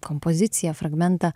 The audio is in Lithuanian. kompoziciją fragmentą